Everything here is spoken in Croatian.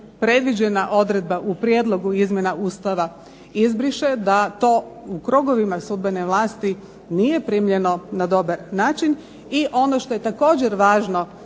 predviđena odredba u prijedlogu izmjena Ustava izbriše, da to u krugovima sudbene vlasti, nije primljeno na dobar način i što je također važno,